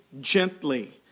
gently